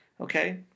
okay